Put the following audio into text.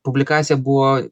publikacija buvo